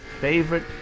Favorite